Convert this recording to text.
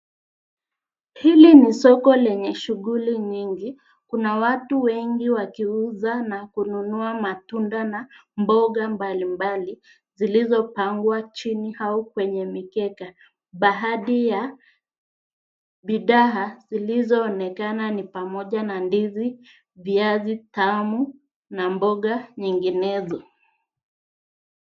Hili ni soko lenye shughuli nyingi. Kuna watu wengi wakiuza na kununua matunda na mboga mbalimbali zilizopangwa chini au kwenye mikeka. Baadhi ya bidhaa zilizoonekana ni pamoja na ndizi, viazi tamu na mboga nyinginezo.